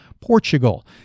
Portugal